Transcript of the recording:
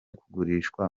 kugurishwa